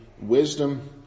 wisdom